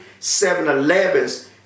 7-elevens